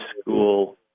school